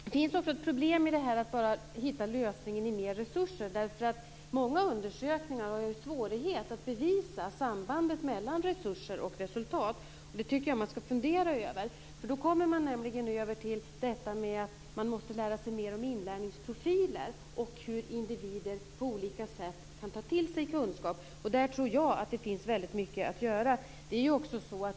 Det finns också ett problem med att bara hitta lösningen i mer resurser, därför att många undersökningar har ju svårigheter att bevisa sambandet mellan resurser och resultat. Och det tycker jag att man ska fundera över. Då kommer man nämligen över till detta att man måste lära sig mer om inlärningsprofiler och hur individer på olika sätt kan ta till sig kunskap. Där tror jag att det finns väldigt mycket att göra.